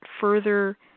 further